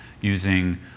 using